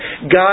God